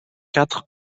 quatre